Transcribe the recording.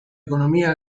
economía